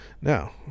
now